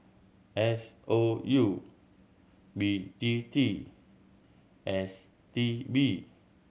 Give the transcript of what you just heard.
S O U B T T and S T B